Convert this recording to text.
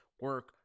Work